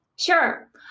Sure